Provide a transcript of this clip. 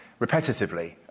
repetitively